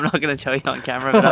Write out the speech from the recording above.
and i'm going to tell you on camera,